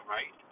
Right